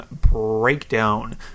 breakdown